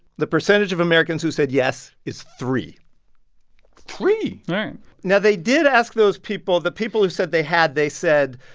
the percentage of americans who said, yes, is three three all right now, they did ask those people the people who said they had, they said,